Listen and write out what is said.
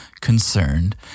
concerned